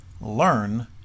learn